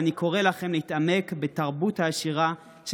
אני קורא לכם להתעמק בתרבות העשירה של